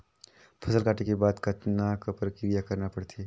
फसल काटे के बाद कतना क प्रक्रिया करना पड़थे?